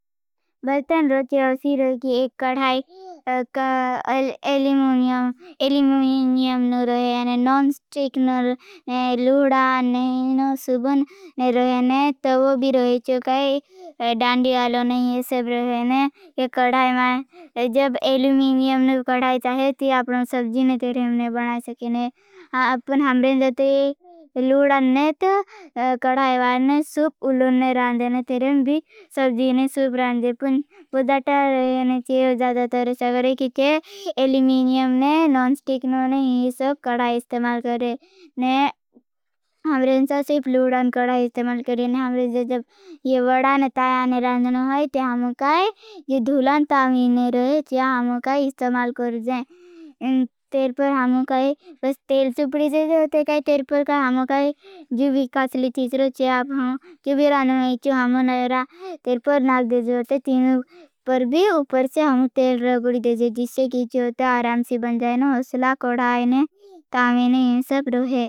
बरतनरो चेहसी रोगी एक कड़ाई एलिमूनियम नो रोहे। और नॉन्स्ट्रिक नो रोहे लूडान ने सुबन ने रोहे ने तवो भी रोहेचो। काई डांडियालो ने ही ये सब रोहे ने। जब एलिमूनियम नो कड़ाई चाहे। ती आपनों सबजी ने तीरेम ने बना सके। हमरें जब लूडान ने कड़ाई वाल ने सुब उलोन ने रोहे। ने तीरेम भी सबजी ने सुब रोहे ने पुछा तरह चाहे। कि एलिमूनियम ने नॉन्स्ट्रिक नो ने ये सब कड़ाई इस्तेमाल करे। ने हमरें जब लूडान कड़ाई इस्तेमाल करे। ने हमरें जब ये वड़ा ने ताया ने राननों होई। ते हमों काई जे धूलान तामी ने रोहे। ते हमों काई इस्तेमाल कर जाएं। तेर पर हमों काई बस तेल सुपड़ी दे जाएं। ते काई तेर पर हमों काई जुबी काचली तीछरों चे आप हमों। जुबी राननों होई तेर पर नाल दे जाएं। ते तीनों पर भी उपर से हमों तेल रगुड़ी दे जाएं। जिस्से कीछी होते आरामसी बन जाएं। उसला कोड़ा आईने कामीने इन सब रुहे।